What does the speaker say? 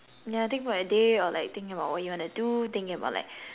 yeah think about your day or like think about what you want to do think about like